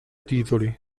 titoli